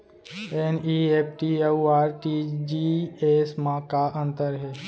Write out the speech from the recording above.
NEFT अऊ RTGS मा का अंतर हे?